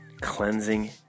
cleansing